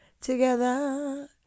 together